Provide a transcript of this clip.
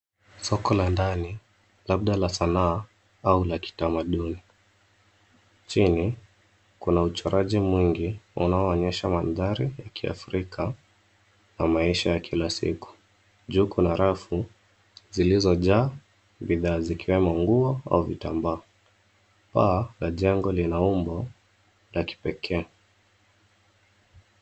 Soko la ndani labda la sanaa au la kitamaduni. Chini kuna uchoraji mwingi unaoonyesha manthari ya kiafrika na maisha ya kila siku. Juu kuna rafu zilizojaa bidhaa zikiwemo nguo au vitambaa. Paa la jengo lina umbo la kipekee.